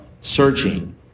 searching